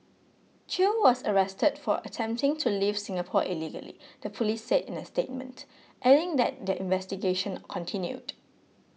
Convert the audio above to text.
chew was arrested for attempting to leave Singapore illegally the police said in a statement adding that their investigation continued